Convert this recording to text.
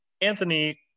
Anthony